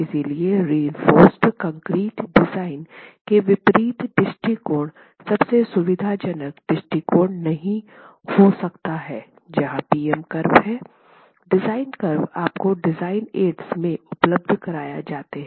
इसलिए reinforced concrete design के विपरीत दृष्टिकोण सबसे सुविधाजनक दृष्टिकोण नहीं हो सकता है जहाँ पी एम कर्व है डिज़ाइन कर्व आपको डिज़ाइन एड्स में उपलब्ध कराए जाते हैं